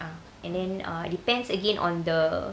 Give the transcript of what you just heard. and then err depends again on the